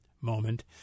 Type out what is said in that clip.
moment